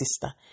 sister